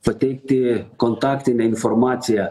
pateikti kontaktinę informaciją